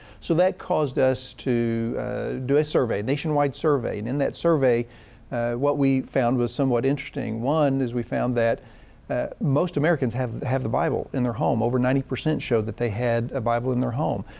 so that caused us to do a survey nationwide survey. and in that survey what we found was somewhat interesting. one is we found that most americans have, have the bible in their home over ninety percent showed that they had a bible in their home.